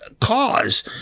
cause